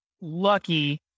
lucky